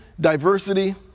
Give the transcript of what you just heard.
diversity